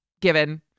given